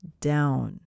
down